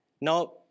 Now